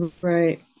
right